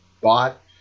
bought